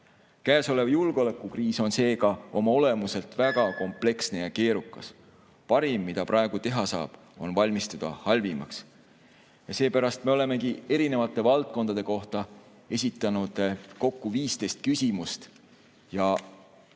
Käesolev julgeolekukriis on seega oma olemuselt väga kompleksne ja keerukas. Parim, mida praegu teha saab, on valmistuda halvimaks. Ja seepärast me olemegi erinevate valdkondade kohta esitanud kokku 15 küsimust.